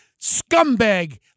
scumbag